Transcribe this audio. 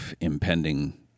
impending